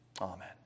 Amen